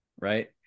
right